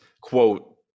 quote